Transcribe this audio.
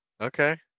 Okay